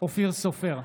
אופיר סופר,